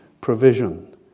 provision